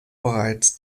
bereits